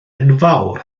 enfawr